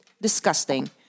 disgusting